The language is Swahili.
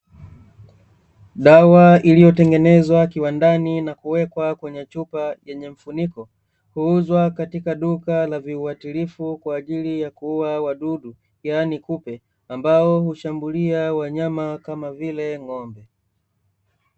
Dawa iliyotengenezwa kiwandani na kuwekwa kwenye chupa yenye mfuniko, huuzwa katika duka la viuatilifu kwaajili ya kuua wadudu yaani kupe ambao hushambulia wanyama kama vile ng'ombe.